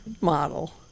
model